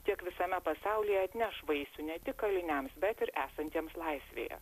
tiek visame pasaulyje atneš vaisių ne tik kaliniams bet ir esantiems laisvėje